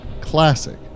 Classic